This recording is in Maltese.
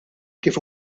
kif